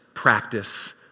practice